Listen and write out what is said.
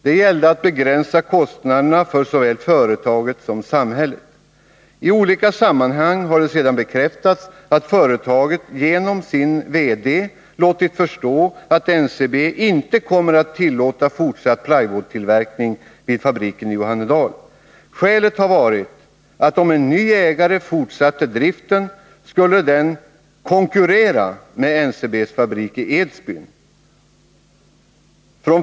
Det gällde att begränsa kostnaderna för såväl företaget som samhället. I olika sammanhang har det sedan bekräftats att företaget genom sin VD låtit förstå att NCB inte kommer att tillåta fortsatt plywoodtillverkning vid fabriken i Johannedal. Skälet har varit att om en ny ägare fortsatte driften skulle den konkurrera med NCB:s fabrik i Edsbyn.